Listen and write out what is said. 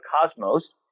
cosmos